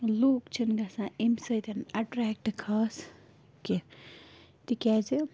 لُکھ چھِنہٕ گَژھان اَمہِ سۭتۍ اٮ۪ٹریکٹہٕ خاص کیٚنٛہہ تِکیٛازِ